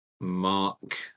Mark